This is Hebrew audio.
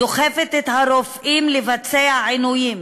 דוחפת את הרופאים לבצע עינויים